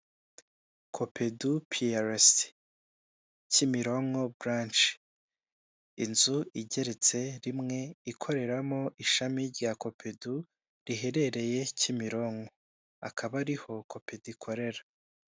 Copedu PLC, Kimironko branch, inzu igeretse rimwe, ikoreramo ishami rya Copedu, riherereye Kimironko, akaba ariho Copedu ikorera.